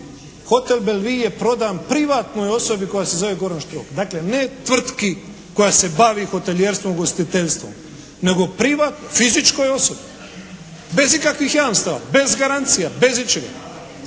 Hotel "Belevue" je prodan privatnoj osobi koja se zove Goran Štrok, dakle ne tvrtki koja se bavi hotelijerstvom, ugostiteljstvom, nego privat, fizičkoj osobi, bez ikakvih jamstava, bez garancija, bez ičega.